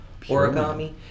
origami